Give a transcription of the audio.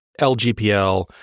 LGPL